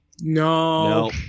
No